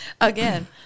Again